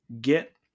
get